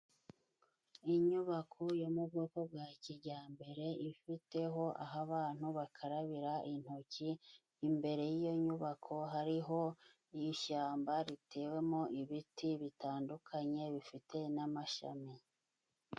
Inyubako yo mu bwoko bwa kijyambere ifiteho aho abantu bakarabira intoki, imbere y'iyo nyubako hariho ishyamba ritewemo ibiti bitandukanye bifite n'amashami.